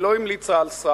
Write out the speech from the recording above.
היא לא המליצה על שר.